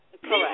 Correct